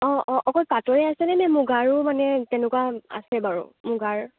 অ অ অকল পাটৰে আছেনে নে মূগাৰো মানে তেনেকুৱা আছে বাৰু মূগাৰ